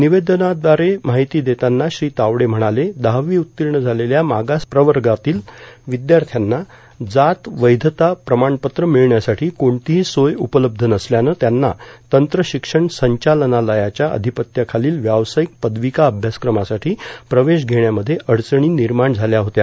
निवेदनाद्वारे माहिती देताना श्री तावडे म्हणाले दहावी उत्तीर्ण झालेल्या मागास प्रवर्गातील विद्यार्थ्यांना जात वैधता प्रमाणपत्र मिळण्यासाठी कोणतीही सोय उपलब्ध नसल्यानं त्यांना तंत्रशिक्षण संचालनालयाच्या अधिपत्याखालील व्यावसायिक पदविका अभ्यासक्रमासाठी प्रवेश घेण्यामध्ये अडचणी निर्माण झाल्या होत्या